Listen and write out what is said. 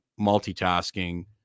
multitasking